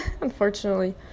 unfortunately